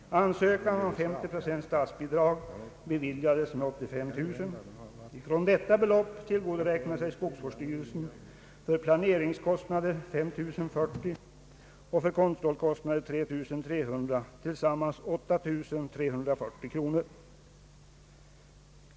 Ansökan om 50 procents statsbidrag beviljades med 85 000 kronor. Av detta belopp tillgodoräknade sig skogsvårdsstyrelsen för planeringskostnader 5 040 kronor och för kontrollkostnader 3 300 kronor, tillsammans 8 340 kronor.